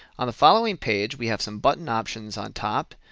on the following page we have some button options on top,